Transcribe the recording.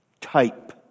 type